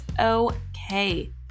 okay